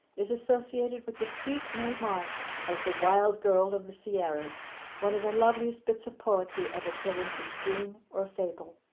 is associated with the sweet mae marsh as the wild girl of the sierras one of the loveliest bits of poetry ever put into screen or fable.